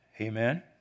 Amen